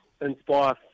inspire